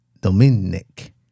Dominic